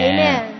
Amen